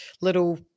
little